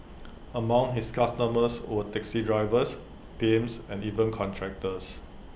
among his customers were taxi drivers pimps and even contractors